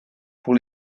pour